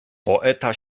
poeta